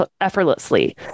effortlessly